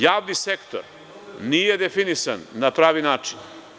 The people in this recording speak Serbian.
Javni sektor nije definisan na pravi način.